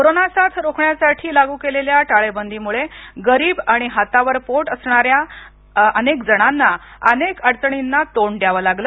corona साथ रोखण्यासाठी लागू केलेल्या टाळेबंदीमुळे गरीब आणि हातावर पोट असणाऱ्याना अनेक अडचणींना तोंड द्यावं लागलं